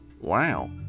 wow